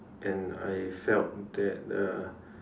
and I felt that uh